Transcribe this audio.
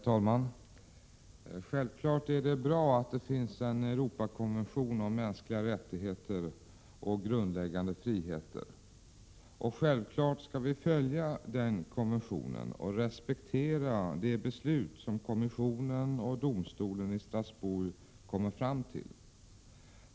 Herr talman! Självklart är det bra att det finns en Europakonvention om mänskliga rättigheter och grundläggande friheter. Och självklart skall vi följa den konventionen och respektera de beslut som kommissionen och domstolen i Strasbourg kommer fram till.